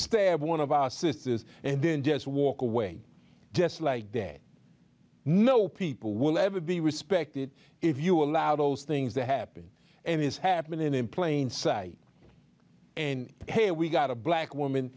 stab one of our sisters and then just walk away just like there no people will ever be respected if you allow those things to happen and it's happening in plain sight and hey we got a black woman